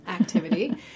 activity